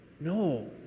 no